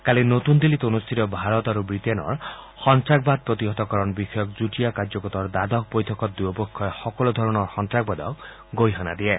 কালি নতুন দিল্লীত অনুষ্ঠিত ভাৰত আৰু ৱিটেইনৰ সন্তাসবাদী প্ৰতিহতকৰণ বিষয়ক যুটীয়া কাৰ্যগোটৰ দ্বাদশ বৈঠকত দুয়োপক্ষই সকলোধৰণৰ সন্ত্ৰাসবাদক গৰিহণা দিয়ে